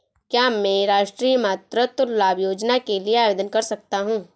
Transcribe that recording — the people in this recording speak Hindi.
क्या मैं राष्ट्रीय मातृत्व लाभ योजना के लिए आवेदन कर सकता हूँ?